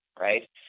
right